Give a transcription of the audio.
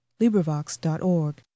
LibriVox.org